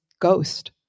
ghost